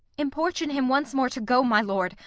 importune him once more to go, my lord.